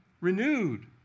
Renewed